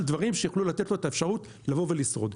דברים שיוכלו לתת לו את האפשרות לבוא ולשרוד.